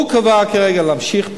הוא קבע כרגע להמשיך בזה.